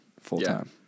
full-time